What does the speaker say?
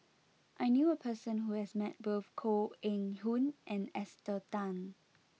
I knew a person who has met both Koh Eng Hoon and Esther Tan